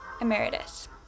Emeritus